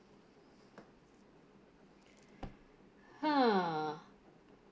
!huh!